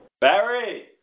Barry